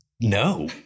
No